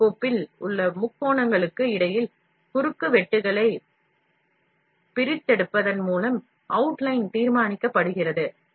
L கோப்பில் உள்ள முக்கோணங்களுக்கு இடையில் குறுக்குவெட்டுகளை பிரித்தெடுப்பதன் மூலம் அவுட்லைன் தீர்மானிக்கப்படுகிறது